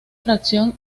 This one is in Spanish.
fracción